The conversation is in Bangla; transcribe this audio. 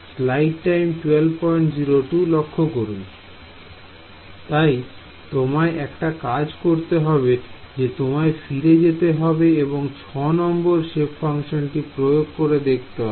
Student তাই তোমায় একটি কাজ করতে হবে যে তোমায় ফিরে যেতে হবে এবং 6 নম্বর সেপ ফাংশনটি প্রয়োগ করে দেখতে হবে